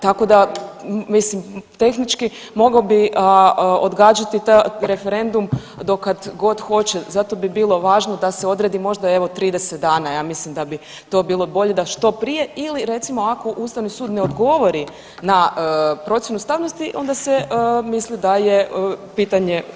Tako da, mislim, tehnički mogao bi odgađati taj referendum do kad god hoće, zato bi bilo važno da se odredi možda evo 30 dana ja mislim da bi to bilo bolje da što prije ili recimo ako ustavni sud ne odgovori na procjenu ustavnosti onda se misli da je pitanje ustavotvorno.